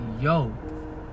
yo